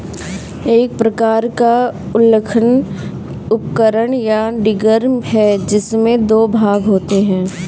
एक प्रकार का उत्खनन उपकरण, या डिगर है, जिसमें दो भाग होते है